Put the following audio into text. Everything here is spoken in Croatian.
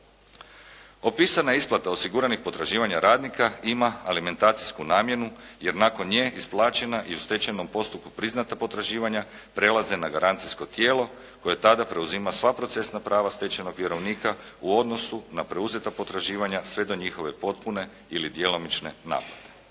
Opisana isplata osiguranih potraživanja radnika ima alimentacijsku namjenu jer nakon nje isplaćena i u stečajnom postupku priznata potraživanja prelaze na garancijsko tijelo koje tada preuzima sva procesna prava stečenog vjerovnika u odnosu na preuzeta potraživanja sve do njihove potpune ili djelomične naplate.